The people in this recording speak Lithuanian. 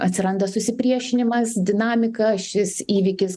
atsiranda susipriešinimas dinamika šis įvykis